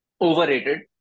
overrated